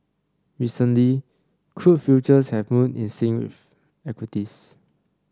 recently crude futures have moved in sync with equities